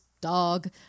dog